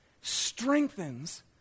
strengthens